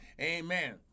amen